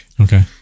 Okay